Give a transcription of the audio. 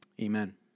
amen